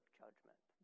judgment